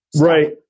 right